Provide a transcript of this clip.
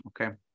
okay